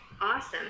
awesome